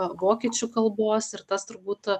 vokiečių kalbos ir tas turbūt